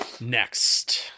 next